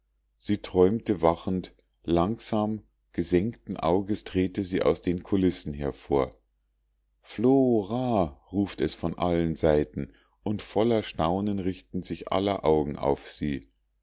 sie träumte wachend langsam gesenkten auges trete sie aus den kulissen hervor flora ruft es von allen seiten und voller staunen richten sich aller augen auf sie